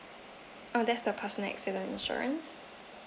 oh that's the personal accident insurance